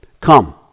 Come